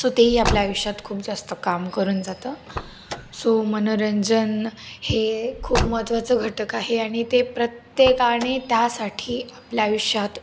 so तेही आपल्या आयुष्यात खूप जास्त काम करून जातं सो मनोरंजन हे खूप महत्त्वाचं घटक आहे आणि ते प्रत्येकाने त्यासाठी आपल्या आयुष्यात